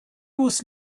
was